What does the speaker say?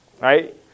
Right